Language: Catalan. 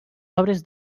obres